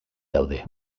daude